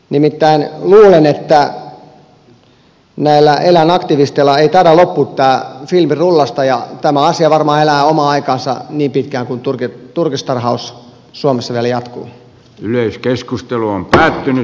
nimittäin luulen että näillä eläinaktivisteilla ei taida loppua filmi rullasta ja tämä asia varmaan elää omaa aikaansa niin pitkään kuin turkistarhaus suomessa vielä jatkuu myös keskustelu on päättynyt